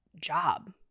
job